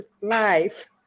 life